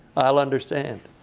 i'll understand.